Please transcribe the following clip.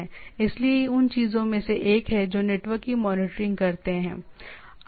इसलिए यह उन चीजों में से एक है जो नेटवर्क की मॉनिटरिंग करते है